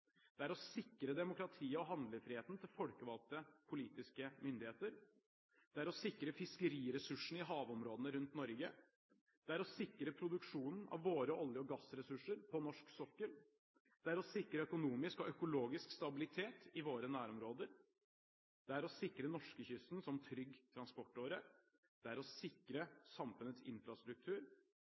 av masseødeleggelsesvåpen å sikre demokratiet og handlefriheten til folkevalgte politiske myndigheter å sikre fiskeriressursene i havområdene rundt Norge å sikre produksjonen av våre olje- og gassressurser på norsk sokkel å sikre økonomisk og økologisk stabilitet i våre nærområder å sikre norskekysten som trygg transportåre å sikre samfunnets infrastruktur